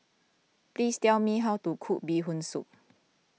please tell me how to cook Bee Hoon Soup